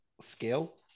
Scale